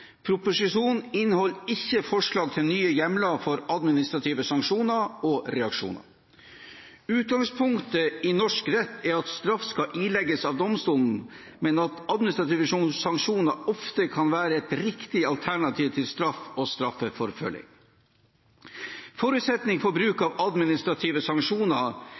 Proposisjonen inneholder ikke forslag til nye hjemler for administrative sanksjoner og reaksjoner. Utgangspunktet i norsk rett er at straff skal ilegges av domstolene, men at administrative sanksjoner ofte kan være et riktig alternativ til straff og straffeforfølging. Forutsetningen for bruk av administrative sanksjoner må være at det er rettssikkerhetsmessig forsvarlig, og at administrative sanksjoner